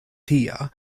tia